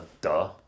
Duh